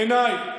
בעיניי,